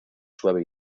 suave